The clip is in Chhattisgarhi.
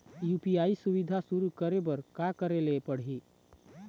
यू.पी.आई सुविधा शुरू करे बर का करे ले पड़ही?